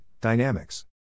dynamics